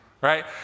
right